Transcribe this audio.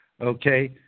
okay